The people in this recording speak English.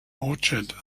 orchard